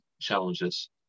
challenges